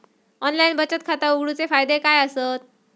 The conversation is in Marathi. ऑनलाइन बचत खाता उघडूचे फायदे काय आसत?